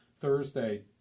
Thursday